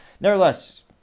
Nevertheless